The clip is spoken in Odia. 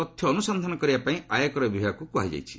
ତଥ୍ୟ ଅନୁସନ୍ଧାନ କରିବା ପାଇଁ ଆୟକର ବିଭାଗକୁ କୁହାଯାଇଛି